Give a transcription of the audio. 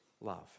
love